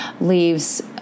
leaves